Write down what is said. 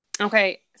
Okay